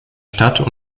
stadt